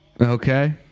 Okay